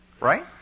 Right